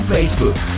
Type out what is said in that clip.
Facebook